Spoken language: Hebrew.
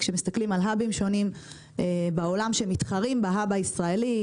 כשמסתכלים עם האבים שונים בעולם שמתחרים בהאב הישראלי,